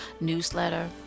newsletter